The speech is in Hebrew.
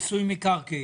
במיסוי מקרקעין.